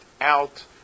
out